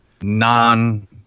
non